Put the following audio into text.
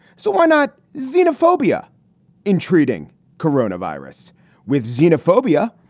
so why not xenophobia entreating corona virus with xenophobia?